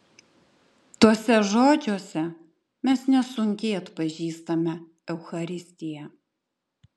tuose žodžiuose mes nesunkiai atpažįstame eucharistiją